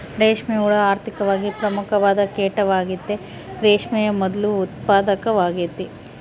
ರೇಷ್ಮೆ ಹುಳ ಆರ್ಥಿಕವಾಗಿ ಪ್ರಮುಖವಾದ ಕೀಟವಾಗೆತೆ, ರೇಷ್ಮೆಯ ಮೊದ್ಲು ಉತ್ಪಾದಕವಾಗೆತೆ